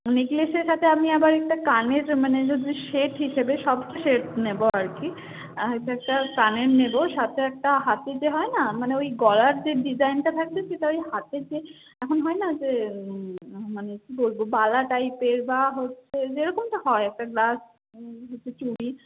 নেকলেসের সাথে আমি আবার একটা কানের মানে সেট হিসেবে সব সেট নেব আর কি আর হচ্ছে একটা কানের নেব সাথে একটা হাতের যে হয় না মানে ওই গলার যে ডিজাইনটা থাকছে সেটা ওই হাতের যে এখন হয় না যে মানে কী বলব বালা টাইপের বা হচ্ছে যেরকমটা হয় একটা গ্লাস হচ্ছে চুড়ি